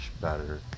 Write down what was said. better